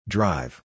Drive